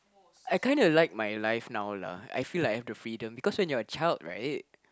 I kind of like my life now lah I feel like I have the freedom because when you are a child right